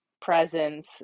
presence